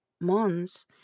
months